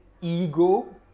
ego